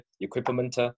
equipment